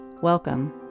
Welcome